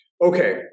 Okay